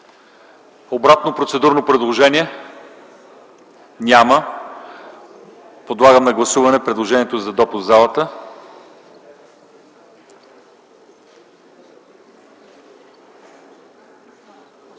обратно процедурно предложение? Няма. Подлагам на гласуване предложението за допускане